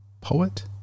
poet